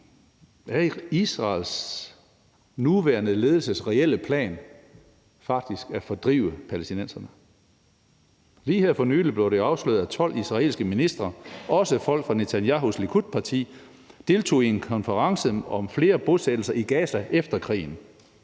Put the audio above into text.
er Israels nuværende ledelses reelle plan faktisk at fordrive palæstinenserne. Lige her for nylig blev det afsløret, at 12 israelske ministre, også folk fra Netanyahus parti, Likud, deltog i en konference om flere bosættelser i Gaza efter krigen.